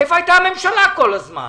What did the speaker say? איפה היתה הממשלה כל הזמן?